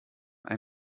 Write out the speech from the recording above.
ein